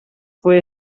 fue